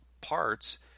parts